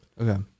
Okay